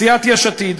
סיעת יש עתיד.